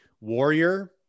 Warrior